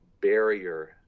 barrier